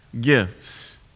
gifts